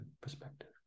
perspective